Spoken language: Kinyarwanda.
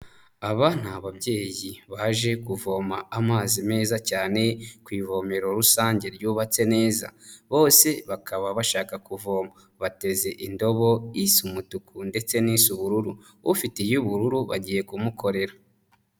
Aba ni ababyeyi baje kuvoma amazi meza cyane ku ivomero rusange ryubatse neza, bose bakaba bashaka kuvoma bateze indobo isa umutuku ndetse n'iy'ubururu, ufite iy'ubururu bagiye kumukorera.